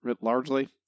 largely